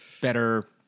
better